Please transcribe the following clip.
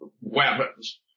weapons